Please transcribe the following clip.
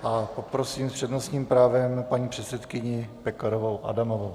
A poprosím s přednostním právem paní předsedkyni Pekarovou Adamovou.